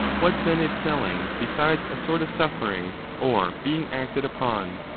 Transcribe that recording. what then is smelling, besides a sort of suffering or being acted upon?